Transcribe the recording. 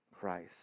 Christ